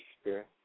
spirit